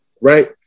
right